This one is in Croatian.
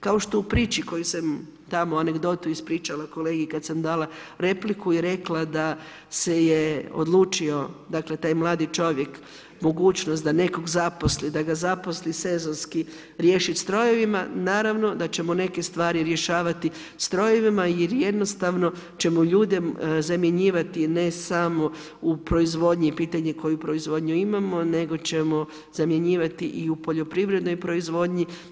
Kao što u priči koju sam tamo anegdotu ispričala kolegi kada sam dala repliku i rekla da se je odlučio, dakle taj mladi čovjek mogućnost da nekog zaposli, da ga zaposli sezonski riješiti strojevima, naravno da ćemo neke stvari rješavati strojevima jer jednostavno ćemo ljude zamjenjivati ne samo u proizvodnji i pitanje je koju proizvodnju imamo nego ćemo zamjenjivati i u poljoprivrednoj proizvodnji.